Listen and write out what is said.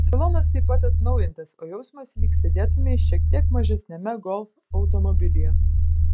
salonas taip pat atnaujintas o jausmas lyg sėdėtumei šiek tiek mažesniame golf automobilyje